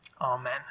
Amen